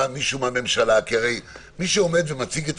אנחנו עושים עכשיו דבר הפוך.